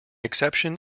exception